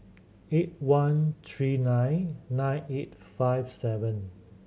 eight one three nine nine eight five seven